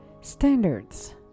standards